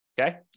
okay